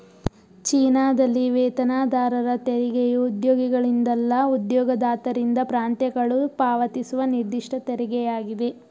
ಚೀನಾದಲ್ಲಿ ವೇತನದಾರರ ತೆರಿಗೆಯು ಉದ್ಯೋಗಿಗಳಿಂದಲ್ಲ ಉದ್ಯೋಗದಾತರಿಂದ ಪ್ರಾಂತ್ಯಗಳು ಪಾವತಿಸುವ ನಿರ್ದಿಷ್ಟ ತೆರಿಗೆಯಾಗಿದೆ